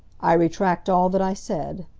i retract all that i said.